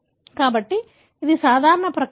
కాబట్టి ఇది సాధారణ ప్రక్రియ